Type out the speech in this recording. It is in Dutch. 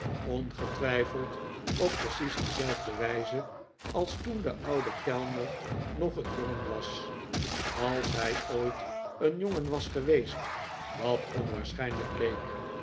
ongetwijfeld op precies dezelfde wijze als toen de oude kellner nog een jongen was als hij ooit een jongen was geweest wat onwaarschijnlijk